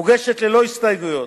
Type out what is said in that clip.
מוגשת ללא הסתייגויות,